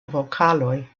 vokaloj